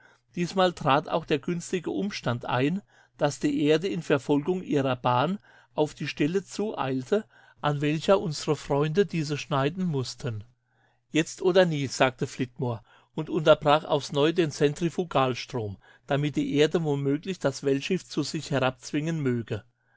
diesmal trat auch der günstige umstand ein daß die erde in verfolgung ihrer bahn auf die stelle zueilte an welcher unsre freunde diese schneiden mußten jetzt oder nie sagte flitmore und unterbrach aufs neue den zentrifugalstrom damit die erde womöglich das weltschiff zu sich herabzwingen möchte